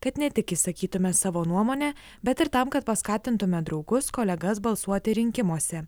kad ne tik išsakytumėme savo nuomonę bet ir tam kad paskatintumėme draugus kolegas balsuoti rinkimuose